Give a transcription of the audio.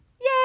yay